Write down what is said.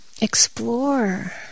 explore